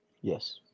Yes